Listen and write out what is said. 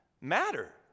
matter